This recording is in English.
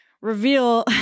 reveal